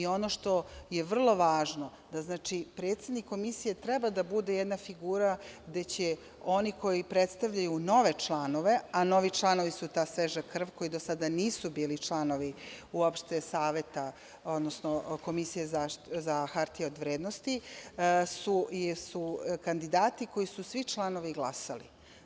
Ono što je vrlo važno, znači, predsednik Komisije treba da bude jedna figura gde će oni koji predstavljaju nove članove, a novi članovi su ta sveža krv, koja do sada nisu bili članovi uopšte saveta, odnosno Komisije za hartije od vrednosti, su kandidati koji su svi članovi glasali.